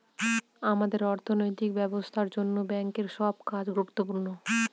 আমাদের অর্থনৈতিক ব্যবস্থার জন্য ব্যাঙ্কের সব কাজ গুরুত্বপূর্ণ